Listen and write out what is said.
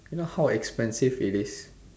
you know how expensive it is